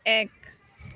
এক